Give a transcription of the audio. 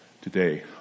Today